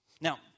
Now